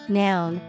noun